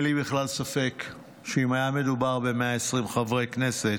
אין לי בכלל ספק שאם היה מדובר ב-120 חברי כנסת,